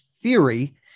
theory